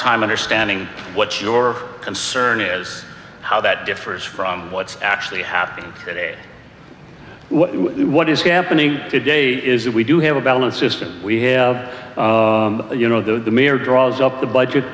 time understanding what your concern is how that differs from what's actually happening and what is happening today is that we do have a balance system we have you know the mayor draws up the budget